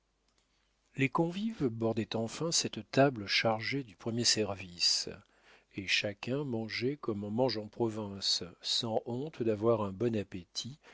les convives bordaient enfin cette table chargée du premier service et chacun mangeait comme on mange en province sans honte d'avoir un bon appétit